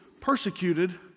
persecuted